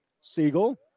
Siegel